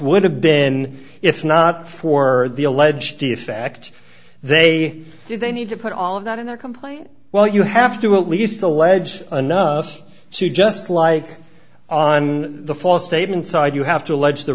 would have been if not for the alleged effect they did they need to put all of that in their complaint well you have to at least allege enough to just lie on the false statement side you have to allege the